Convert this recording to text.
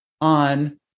on